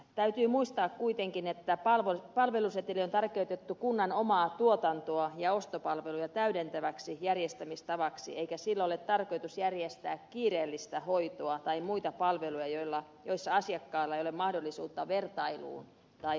täytyy muistaa kuitenkin että palveluseteli on tarkoitettu kunnan omaa tuotantoa ja ostopalveluja täydentäväksi järjestämistavaksi eikä sillä ole tarkoitus järjestää kiireellistä hoitoa tai muita palveluja joissa asiakkaalla ei ole mahdollisuutta vertailuun tai valintaan